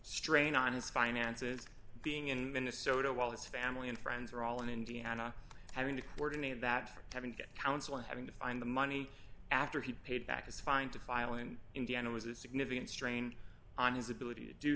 strain on his finances being in minnesota while his family and friends are all in indiana having to coordinate that having to get counsel having to find the money after he paid back is fine to file in indiana was a significant strain on his ability to do